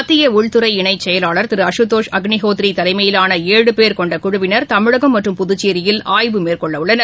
மத்தியஉள்துறை இணைச்செயலாளர் திருஅசுதோஷ் அக்னிஹோத்ரிதலைமையிலான பேர் கொண்டகுழுவினர் தமிழகம் மற்றும் புதுச்சேரியில் ஆய்வு மேற்கொள்ளவுள்ளனர்